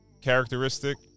characteristic